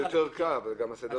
שלכם.